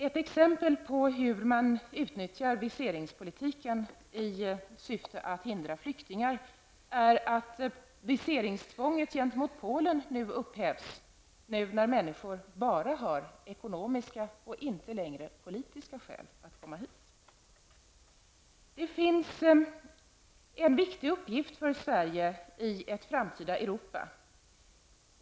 Ett exempel på hur man utnyttjar viseringspolitiken i syfte att hindra flyktingar, är att viseringstvånget gentemot Polen nu upphävs, nu när människor bara har ekonomiska och inte längre politiska skäl att komma hit. Det finns en viktig uppgift för Sverige i ett framtida Europa.